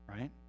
right